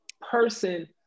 person